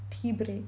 tea break